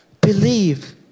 believe